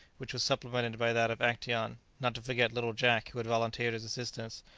which was supplemented by that of actaeon, not to forget little jack, who had volunteered his assistance,